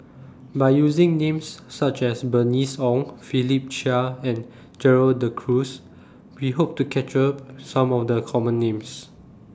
By using Names such as Bernice Ong Philip Chia and Gerald De Cruz We Hope to capture Some of The Common Names